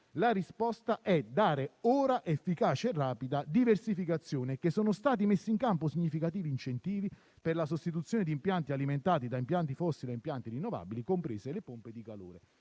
la risposta è dare ora efficace e rapida diversificazione» e «sono stati messi in campo significativi incentivi per la sostituzione di impianti alimentati da impianti fossili a impianti rinnovabili, comprese le pompe di calore».